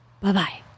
Bye-bye